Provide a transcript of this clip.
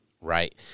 right